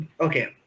Okay